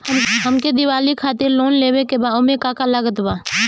हमके दिवाली खातिर लोन लेवे के बा ओमे का का लागत बा?